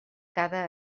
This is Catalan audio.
cada